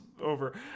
over